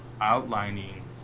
outlining